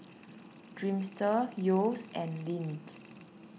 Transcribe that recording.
Dreamster Yeo's and Lindt